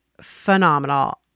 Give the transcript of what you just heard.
phenomenal